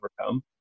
overcome